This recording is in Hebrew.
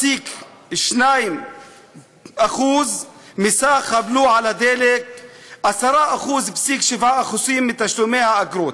11.2% מסך הבלו על הדלק, 10.7% מתשלומי האגרות.